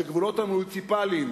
בגבולות המוניציפליים